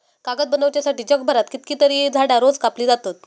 कागद बनवच्यासाठी जगभरात कितकीतरी झाडां रोज कापली जातत